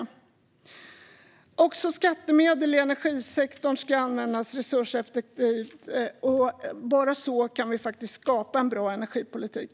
Också skattemedel i energisektorn ska användas resurseffektivt. Bara så kan vi skapa en bra energipolitik.